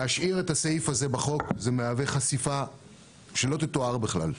להשאיר את הסעיף הזה בחוק זה מהווה חשיפה שלא תתואר בכלל.